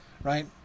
Right